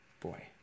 Boy